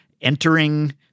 entering